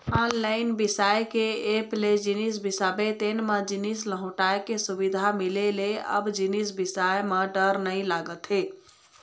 online बिसाए के app ले जिनिस बिसाबे तेन म जिनिस लहुटाय के सुबिधा मिले ले अब जिनिस बिसाए म डर नइ लागत हे